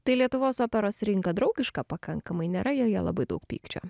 tai lietuvos operos rinka draugiška pakankamai nėra joje labai daug pykčio